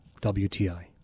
WTI